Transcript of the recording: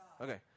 Okay